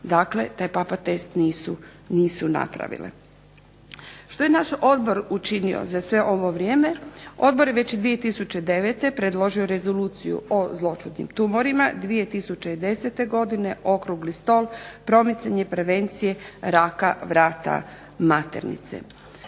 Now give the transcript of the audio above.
Dakle, taj PAPA test nisu napravile. Što je naš odbor učinio za sve ovo vrijeme? Odbor je već 2009. predložio rezoluciju o zloćudnim tumorima. 2010. godine okrugli stol promicanje prevencije raka vrata maternice.